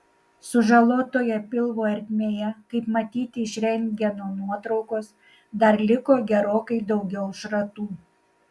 sužalotoje pilvo ertmėje kaip matyti iš rentgeno nuotraukos dar liko gerokai daugiau šratų